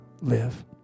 live